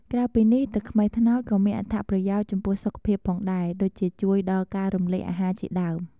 ក្រៅពីនេះ ទឹកខ្មេះត្នោតក៏មានអត្ថប្រយោជន៍ចំពោះសុខភាពផងដែរ ដូចជាជួយដល់ការរំលាយអាហារជាដើម។